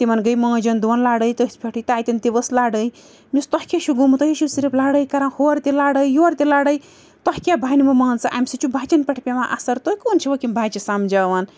تِمَن گٔے ماجَن دۄن لڑٲے تٔتھۍ پٮ۪ٹھٕے تَتٮ۪ن تہِ ؤژھ لَڑٲے مےٚ ووٚنمَس تۄہہِ کیٛاہ چھُو گوٚمُت تُہے چھُو صرف لڑٲے کَران ہورٕ تہِ لڑٲے یورٕ تہِ لڑٲے تۄہہِ کیٛاہ بَنوٕ مان ژٕ اَمہِ سۭتۍ چھُ بَچَن پٮ۪ٹھ پٮ۪وان اثر تُہۍ کونہٕ چھُوَکھ یِم بَچہٕ سَمجھاوان